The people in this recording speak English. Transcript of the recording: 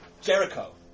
Jericho